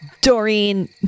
doreen